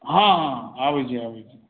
हँ आबैत छी आबैत छी